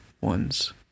ones